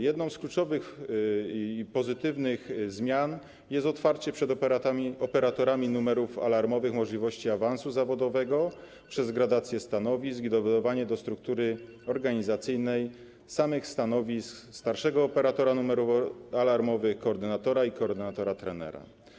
Jedną z kluczowych i pozytywnych zmian jest otwarcie przed operatorami numerów alarmowych możliwości awansu zawodowego przez gradację stanowisk i dodanie do struktury organizacyjnej stanowisk starszego operatora numerów alarmowych, koordynatora i koordynatora-trenera.